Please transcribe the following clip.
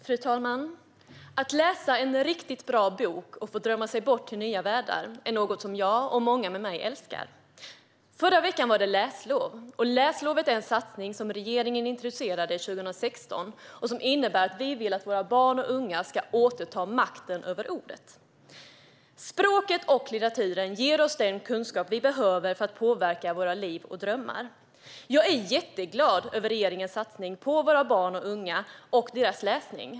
Fru talman! Att läsa en riktigt bra bok och få drömma sig bort till nya världar är något som jag och många med mig älskar. Förra veckan var det läslov, och läslovet är en satsning som regeringen initierade 2016 och som innebär att vi vill att våra barn och unga ska återta makten över ordet. Språket och litteraturen ger oss den kunskap vi behöver för att påverka våra liv och drömmar. Jag är mycket glad över regeringens satsning på våra barn och unga och deras läsning.